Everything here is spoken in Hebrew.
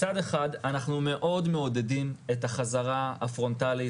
מצד אחד אנחנו מאוד מעודדים את החזרה הפרונטלית,